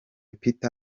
peter